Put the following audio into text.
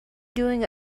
doing